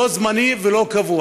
לא זמני ולא קבוע.